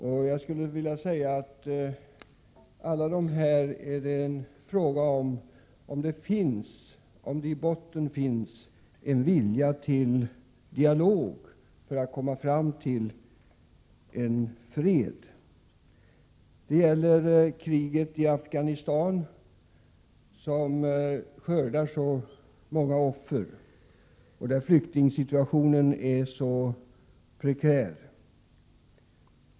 Frågan gäller i alla dessa fall om det i botten finns en vilja till dialog för att komma fram till fred. Detta gäller för kriget i Afghanistan, som skördar så många offer och där flyktingsituationen är så prekär.